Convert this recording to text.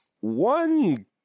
one